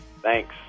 Thanks